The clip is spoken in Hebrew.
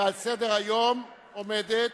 ועל סדר-היום עומדת